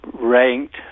Ranked